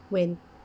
when